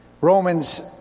Romans